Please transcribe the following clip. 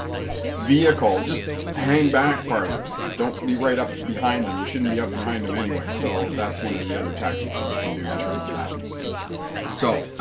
vehicle just hang back farther don't be right up behind them you shouldn't be up behind him anyway so that's one of the other tactics that you can do in terms of that so